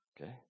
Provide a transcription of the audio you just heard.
Okay